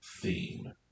theme